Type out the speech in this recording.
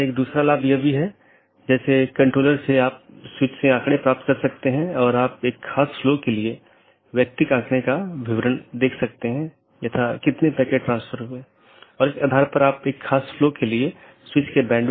इसलिए मैं एकल प्रविष्टि में आकस्मिक रूटिंग विज्ञापन कर सकता हूं और ऐसा करने में यह मूल रूप से स्केल करने में मदद करता है